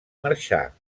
marxar